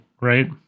right